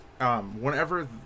Whenever